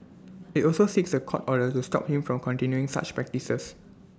IT also seeks A court order to stop him from continuing such practices